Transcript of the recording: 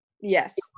Yes